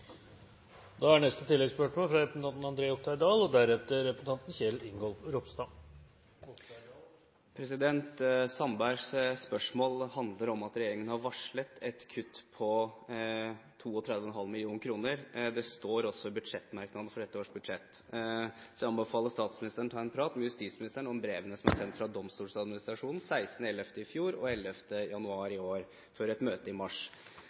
Sandbergs spørsmål handler om at regjeringen har varslet et kutt på 32,5 mill. kr. Det står også i budsjettmerknadene for dette års budsjett. Så jeg anbefaler statsministeren å ta en prat med justisministeren om brevene som er sendt fra Domstoladministrasjonen 16. november i fjor og 11. januar i år – før et møte i mars.